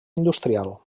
industrial